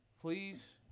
Please